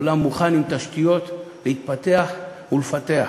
עולם מוכן, עם תשתיות, להתפתח ולפתח.